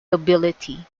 nobility